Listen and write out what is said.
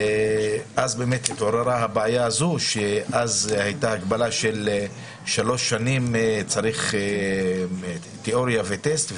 אז באמת התעוררה הבעיה שאז הייתה הגבלה ששלוש שנים צריך תיאוריה וטסט.